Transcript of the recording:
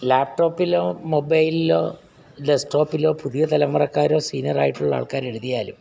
ലാപ്ടോപ്പിലോ മൊബൈലിലോ ഡെസ്ക് ടോപ്പിലോ പുതിയ തലമുറക്കാർ സീനിയറായിട്ടുള്ള ആൾക്കാരെഴുതിയാലും